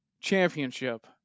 championship